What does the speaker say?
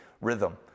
rhythm